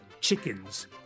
chickens